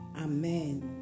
amen